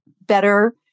better